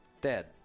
dead